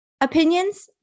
opinions